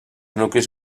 nuclis